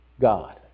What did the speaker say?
God